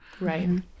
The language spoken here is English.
Right